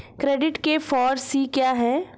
Credit के four C क्या हैं?